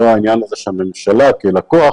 הממשלה כלקוח